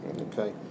Okay